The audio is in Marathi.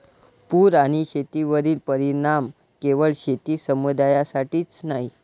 पूर आणि शेतीवरील परिणाम केवळ शेती समुदायासाठीच नाही